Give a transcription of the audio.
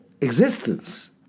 existence